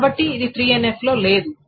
కాబట్టి ఇది 3NF లో లేదు